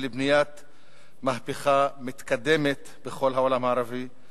ולבניית מהפכה מתקדמת בכל העולם הערבי.